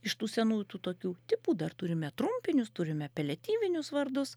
iš tų senųjų tų tokių tipų dar turime trumpinius turime apeliatyvinius vardus